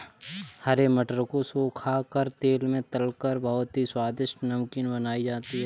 हरे मटर को सुखा कर तेल में तलकर बहुत ही स्वादिष्ट नमकीन बनाई जाती है